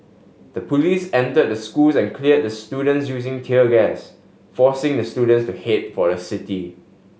the police entered the schools and cleared the students using tear gas forcing the students to head for the city